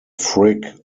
frick